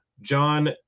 John